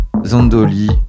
Zondoli